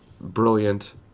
brilliant